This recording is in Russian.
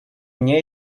мне